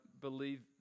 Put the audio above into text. believe